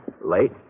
Late